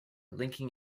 linking